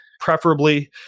preferably